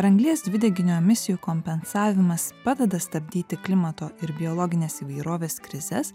ar anglies dvideginio emisijų kompensavimas padeda stabdyti klimato ir biologinės įvairovės krizes